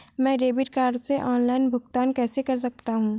मैं debit card से online भुगतान कैसे कर सकता हूँ?